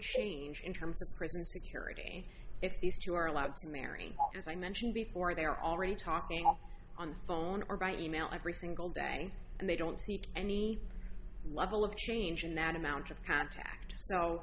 change in terms of prison security if these two are allowed to marry as i mentioned before they are already talking on the phone or by e mail every single day and they don't see any level of change in that amount of contact so